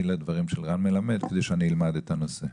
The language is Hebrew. לדברים של רן מלמד כדי שאני אלמד את הנושא.